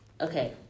okay